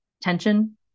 tension